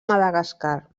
madagascar